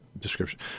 description